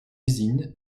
usine